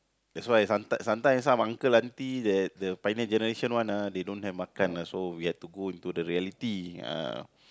that's why sometimes sometimes some uncle auntie they the pioneer generation one ah they don't have makan ah so we have to go into the reality ah